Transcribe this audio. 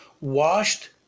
washed